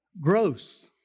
gross